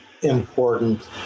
important